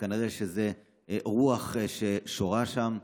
כנראה שזו הרוח ששורה שם.